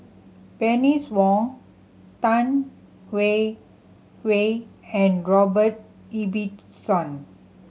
Bernice Wong Tan Hwee Hwee and Robert Ibbetson